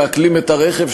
מעקלים את הרכב,